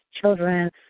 children